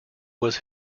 was